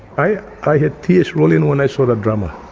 i i had tears rolling when i saw that drama,